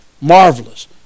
marvelous